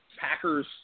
Packers